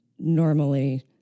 normally